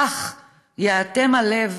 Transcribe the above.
כך ייאטם הלב